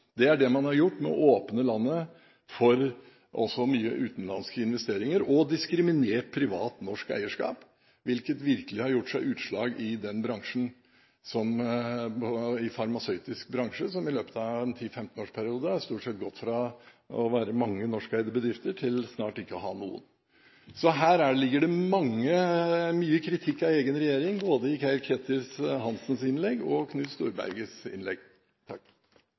Det er det man har gjort ved å åpne landet for mange utenlandske investeringer, og diskriminere privat norsk eierskap, hvilket virkelig har gjort seg utslag i den farmasøytiske bransjen, som i løpet av en 10–15-årsperiode stort sett har gått fra å bestå av mange norskeide bedrifter til snart ikke noen. Så det ligger mye kritikk av egen regjering i både Geir-Ketil Hansens innlegg og Knut Storbergets innlegg.